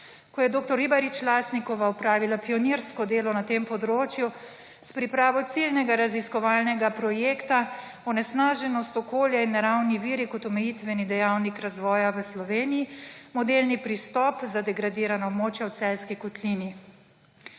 ko je dr. Ribarič Lasnikova opravila pionirsko delo na tem področju s pripravo ciljnega raziskovalnega projekta Onesnaženost okolja in naravni viri kot omejitveni dejavnik razvoja v Sloveniji – modelni pristop za degradirana območja v Celjski kotlini.